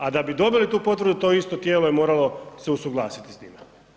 A da bi dobili tu potvrdu to isto tijelo je moralo usuglasiti s time.